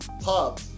pub